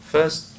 First